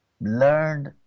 learned